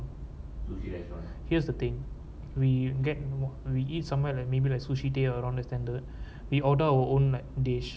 here's the thing we get we eat somewhere like maybe like sushi tei or around that standard we order our own like dish